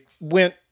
went